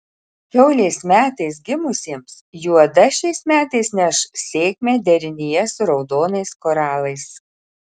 kiaulės metais gimusiems juoda šiais metais neš sėkmę derinyje su raudonais koralais